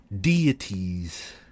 deities